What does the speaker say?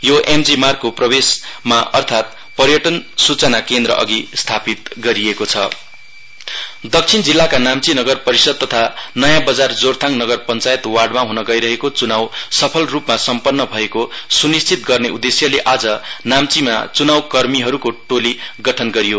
यो एमजीमार्गको प्रवेश अर्थात पर्यटन सूचना केन्द्र अघि स्थापित गरिएको छ पुलिङ रेन्डोमाइजेशन दक्षिण जिल्लाका नाम्ची नगर परिषद तथा नयाँ बजार जोरथाङ नगर पञ्चायत वार्डमा हन गइरहेको च्नाउ सफलरूपमा सम्पन्न भएको स्निश्चित गर्ने उद्देश्यले आज नाम्चीमा च्नाउ कर्मीहरूको टोली गठन गरियो